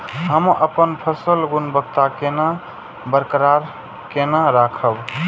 हम अपन फसल गुणवत्ता केना बरकरार केना राखब?